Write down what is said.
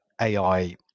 AI